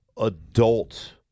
adult